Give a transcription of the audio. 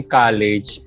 college